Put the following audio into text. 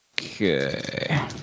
Okay